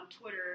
Twitter